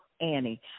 Annie